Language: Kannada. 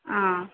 ಹಾಂ